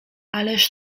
ależ